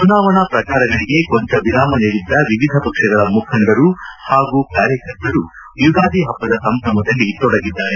ಚುನಾವಣಾ ಪ್ರಚಾರಗಳಿಗೆ ಕೊಂಚ ವಿರಾಮ ನೀಡಿದ್ದ ವಿವಿಧ ಪಕ್ಷಗಳ ಮುಖಂಡರು ಹಾಗೂ ಕಾರ್ಕರ್ತರು ಯುಗಾದಿ ಹಬ್ಬದ ಸಂಭ್ರಮದಲ್ಲಿ ತೊಡಗಿದ್ದಾರೆ